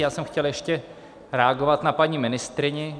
Já jsem chtěl ještě reagovat na paní ministryni.